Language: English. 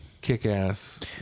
Kick-ass